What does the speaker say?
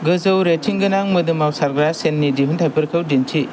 गोजौ रेटिं गोनां मोदोमाव सारग्रा सेननि दिहुनथायफोरखौ दिन्थि